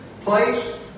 place